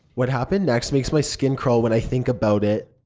what happened next makes my skin crawl when i think about it.